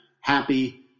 happy